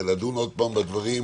לדון עוד פעם בדברים